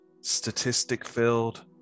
statistic-filled